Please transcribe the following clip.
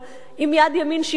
אם יד ימין שחררה,